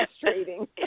frustrating